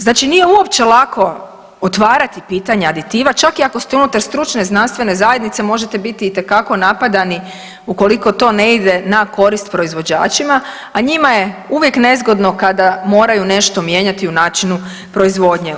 Znači nije uopće lako otvarati pitanja aditiva čak i ako ste unutar stručne znanstvene zajednice možete biti itekako napadani ukoliko to ne ide na korist proizvođačima, a njima je uvijek nezgodno kada moraju nešto mijenjati u načinu proizvodnje.